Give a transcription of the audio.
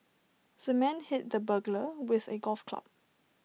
the man hit the burglar with A golf club